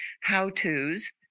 how-tos